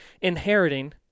inheriting